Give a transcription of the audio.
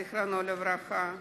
זיכרונם לברכה,